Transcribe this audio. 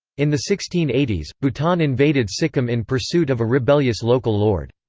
in the sixteen eighty s, bhutan invaded sikkim in pursuit of a rebellious local lord.